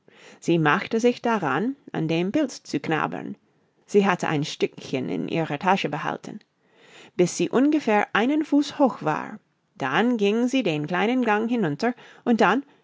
sie machte sich daran an dem pilz zu knabbern sie hatte ein stückchen in ihrer tasche behalten bis sie ungefähr einen fuß hoch war dann ging sie den kleinen gang hinunter und dann